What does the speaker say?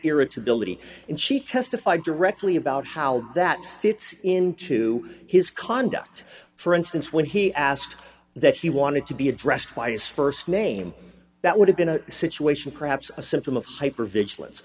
irritability and she testified directly about how that fits into his conduct for instance when he asked that he wanted to be addressed by his st name that would have been a situation perhaps a symptom of hyper vigilance